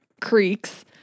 creaks